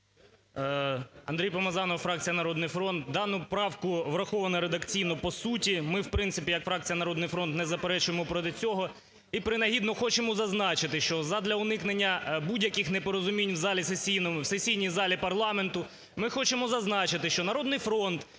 Андрій Помазанов, фракція "Народний фронт". Дану поправку враховано редакційно по суті, ми в принципі як фракція "Народний фронт" не заперечуємо проти цього. І принагідно хочемо зазначити, що задля уникнення будь-яких непорозумінь в сесійній залі парламенту ми хочемо зазначити, що "Народний фронт"